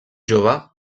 jove